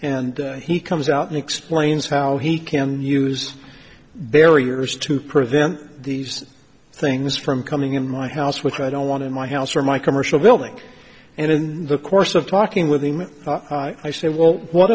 and he comes out and explain so how he can use their ears to prevent these things from coming in my house which i don't want in my house or my commercial building and in the course of talking with him i say well what